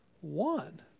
one